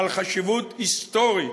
בעל חשיבות היסטורית,